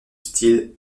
style